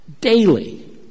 daily